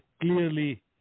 clearly